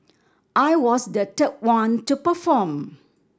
I was the third one to perform